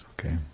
Okay